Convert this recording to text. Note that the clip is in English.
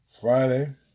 Friday